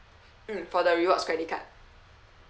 mm for the rewards credit card